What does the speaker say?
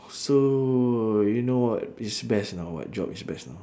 so you know what is best or not what job is best or not